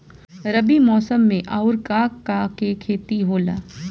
रबी मौसम में आऊर का का के खेती होला?